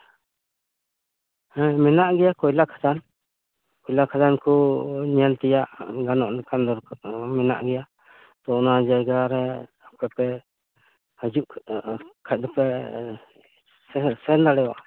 ᱦᱮᱸ ᱢᱮᱱᱟᱜ ᱜᱮᱭᱟ ᱠᱚᱭᱞᱟ ᱠᱷᱟᱫᱟᱱ ᱠᱚᱭᱞᱟ ᱠᱷᱟᱫᱟᱱ ᱠᱚ ᱧᱮᱞ ᱛᱮᱭᱟᱜ ᱜᱟᱱᱚᱜ ᱞᱮᱠᱟᱱ ᱢᱮᱱᱟᱜ ᱜᱮᱭᱟ ᱛᱚ ᱚᱱᱟ ᱡᱟᱭᱜᱟ ᱨᱮ ᱟᱯᱮ ᱯᱮ ᱦᱤᱡᱩᱜ ᱠᱷᱟᱱ ᱫᱚᱯᱮ ᱥᱮᱱ ᱫᱟᱲᱮᱣᱟᱜᱼᱟ